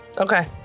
Okay